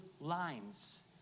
lines